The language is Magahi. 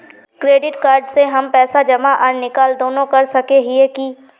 क्रेडिट कार्ड से हम पैसा जमा आर निकाल दोनों कर सके हिये की?